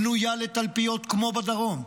בנויה לתלפיות, כמו בדרום.